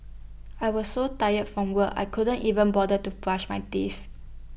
I was so tired from work I could not even bother to brush my teeth